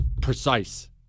precise